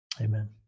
amen